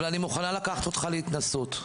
אני מוכנה לקחת אותך להתנסות.